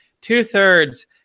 Two-thirds